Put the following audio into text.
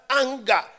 anger